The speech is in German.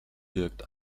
birgt